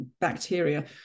bacteria